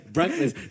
Breakfast